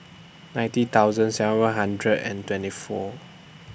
ninety thousand seven hundred and twenty four